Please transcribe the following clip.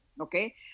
Okay